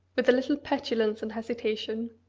with a little petulance and hesitation.